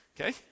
Okay